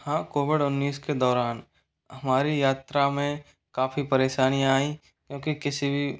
हाँ कोविड उन्नीस के दौरान हमारी यात्रा में काफ़ी परेशानियाँ आईं क्योंकि किसी भी